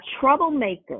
troublemaker